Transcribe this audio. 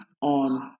on